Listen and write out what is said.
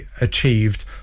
achieved